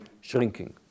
shrinking